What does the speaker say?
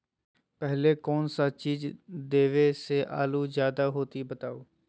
पहले कौन सा चीज देबे से आलू ज्यादा होती बताऊं?